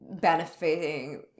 benefiting